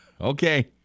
Okay